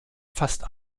fast